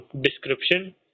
description